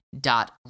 dot